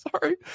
sorry